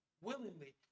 willingly